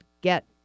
get